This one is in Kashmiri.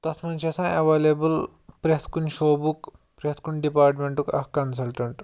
تَتھ منٛز چھِ آسان ایٚولیبٕل پرٛیٚتھ کُنہِ شعبُک پرٛیٚتھ کُنہِ ڈِپاٹمیٚنٛٹُک اَکھ کَنسَلٹَنٛٹ